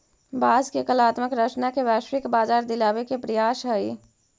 बाँस के कलात्मक रचना के वैश्विक बाजार दिलावे के प्रयास हई